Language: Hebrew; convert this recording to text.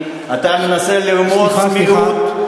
אתה מנסה לרמוס את המיעוט,